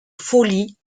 folie